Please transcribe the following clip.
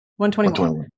121